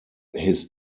his